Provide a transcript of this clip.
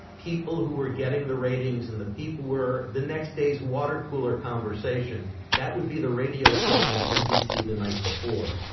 people who were getting the ratings and the people were the next day's watercooler conversation that would be the radio show from nbc the night before.